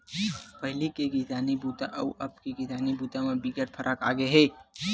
पहिली के किसानी बूता अउ अब के किसानी बूता म बिकट फरक आगे हे